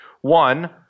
One